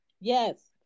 Yes